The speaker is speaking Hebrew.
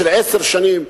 של עשר שנים,